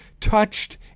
touched